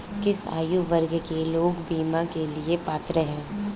किस आयु वर्ग के लोग बीमा के लिए पात्र हैं?